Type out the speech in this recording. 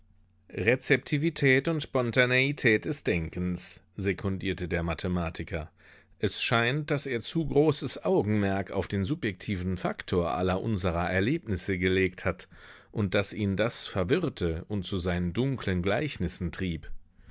rezeptivität und spontaneität des denkens sekundierte der mathematiker es scheint daß er zu großes augenmerk auf den subjektiven faktor aller unserer erlebnisse gelegt hat und daß ihn das verwirrte und zu seinen dunklen gleichnissen trieb